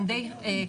הן די קשורות.